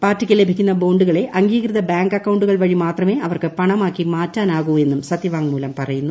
പാർട്ടിക്ക് ലഭിക്കുന്ന ബോണ്ടുകളെ അംഗീകൃത ബാങ്ക് അക്കൌണ്ടുകൾ വഴി മാത്രമേ അവർക്ക് പണമാക്കി മാറ്റാനാകൂ എന്നും സത്യവാങ്മൂലം പറയുന്നു